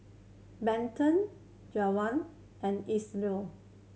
Benton and Ethyle